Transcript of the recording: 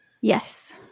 Yes